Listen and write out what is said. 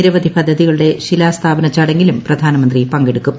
നിരവധി പദ്ധതികളുടെ ശിലാസ്ഥാപന ചടങ്ങിലും പ്രധാനമന്ത്രി പങ്കെടുക്കും